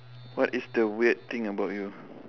what is the weird thing about you